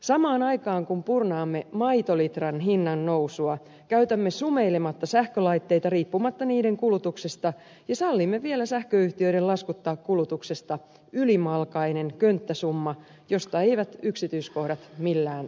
samaan aikaan kun purnaamme maitolitran hinnan nousua käytämme sumeilematta sähkölaitteita riippumatta niiden kulutuksesta ja sallimme vielä sähköyhtiöiden laskuttaa kulutuksesta ylimalkainen könttäsumma josta eivät yksityiskohdat millään aukea